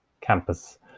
campus